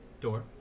door